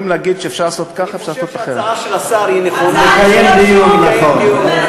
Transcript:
הרי זה בדיוק המאגר.